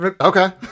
Okay